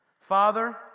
Father